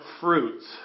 fruits